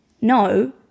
no